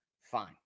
Fine